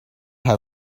have